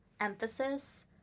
emphasis